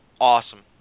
awesome